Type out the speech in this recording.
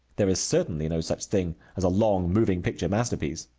there is certainly no such thing as a long moving picture masterpiece.